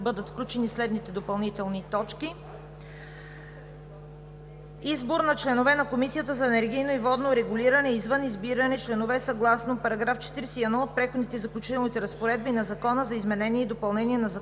бъдат включени следните допълнителни точки: Избор на членове на Комисията за енергийно и водно регулиране извън избиране членове съгласно § 41 от Преходните и заключителните разпоредби на Закона за изменение и допълнение на Закона